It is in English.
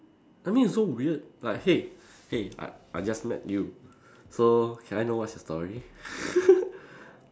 I mean it's so weird like hey hey I I just met you so can I know what's your story